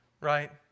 right